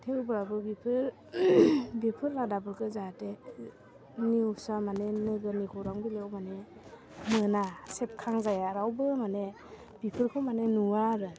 थेवब्लाबो बेफोर बेफोर रादाबफोरखौ जाहाते निउसआ मानि नोगोरनि खौरां बिलाइआव मानि मोना सेबखांजाया रावबो मानि बिफोरखौ मानि नुवा आरो